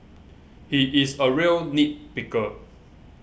he is a real nit picker